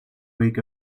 week